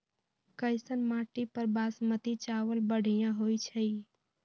कैसन माटी पर बासमती चावल बढ़िया होई छई?